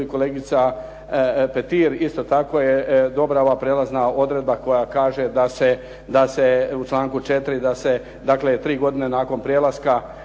i kolegica Petir isto tako je dobra ova prijelazna odredba koja kaže da se u članku 4. da se dakle 3 godine nakon ulaska